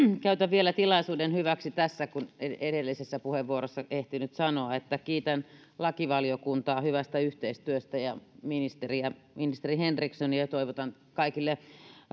käytän vielä tilaisuuden hyväksi tässä kun en edellisessä puheenvuorossani ehtinyt sanoa että kiitän lakivaliokuntaa hyvästä yhteistyöstä ja ministeri henrikssonia ja toivotan kaikille